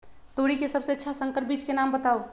तोरी के सबसे अच्छा संकर बीज के नाम बताऊ?